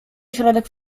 środek